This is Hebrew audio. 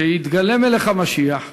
כשיתגלה מלך המשיח,